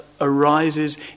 arises